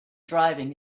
driving